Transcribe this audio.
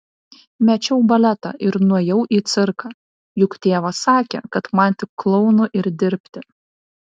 mečiau baletą ir nuėjau į cirką juk tėvas sakė kad man tik klounu ir dirbti